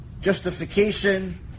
justification